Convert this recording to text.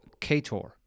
Ktor